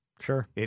Sure